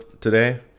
today